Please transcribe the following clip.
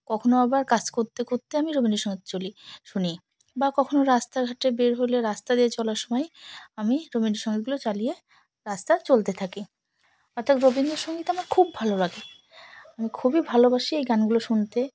কখনও আবার কাজ করতে করতে আমি রবীন্দ্রসঙ্গীত শুনি বা কখনও রাস্তাঘাটে বের হলে রাস্তা দিয়ে চলার সময় আমি রবীন্দ্রসঙ্গীতগুলো চালিয়ে রাস্তা চলতে থাকি অর্থাৎ রবীন্দ্রসঙ্গীত আমার খুব ভালো লাগে আমি খুবই ভালোবাসি এই গানগুলো শুনতে